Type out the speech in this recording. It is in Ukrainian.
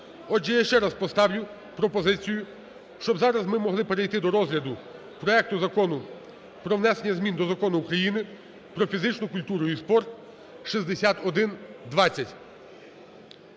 Отже, я ще раз поставлю пропозицію, щоб зараз ми могли перейти до розгляду проекту Закону про внесення змін до Закону України "Про фізичну культуру і спорт" 6120.